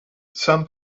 some